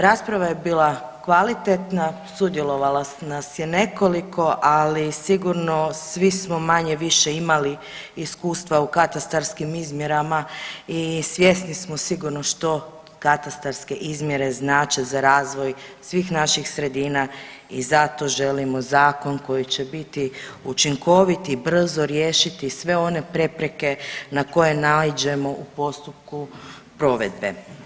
Rasprava je bila kvalitetna, sudjelovalo nas je nekoliko ali sigurno svi smo manje-više imali iskustva u katastarskim izmjerama i svjesni smo sigurno što katastarske izmjere znače za razvoj svih naših sredina i zato želimo zakon koji će biti učinkovit i brzo riješiti sve one prepreke na koje naiđemo u postupku provedbe.